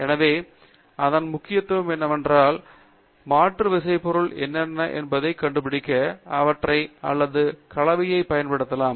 எனவே அதன் முக்கியத்துவம் என்னவென்றால் மாற்று விசைத்தொகுதிகள் என்னென்ன என்பதைக் கண்டுபிடிக்க அவற்றை அல்லது கலவையைப் பயன்படுத்தலாம்